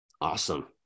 awesome